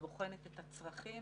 שבוחנת את הצרכים